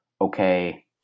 okay